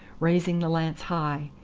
raising the lance high,